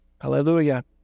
Hallelujah